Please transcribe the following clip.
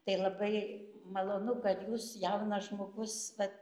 tai labai malonu kad jūs jaunas žmogus vat